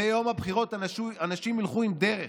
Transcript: ביום הבחירות אנשים ילכו עם דרך,